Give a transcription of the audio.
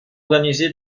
organisé